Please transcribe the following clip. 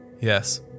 Yes